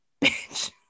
bitch